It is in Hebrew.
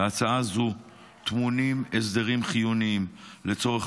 בהצעה זו טמונים הסדרים חיוניים לצורך